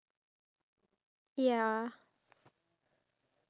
okay I I don't have it so maybe you can read it out